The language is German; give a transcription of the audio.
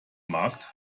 markt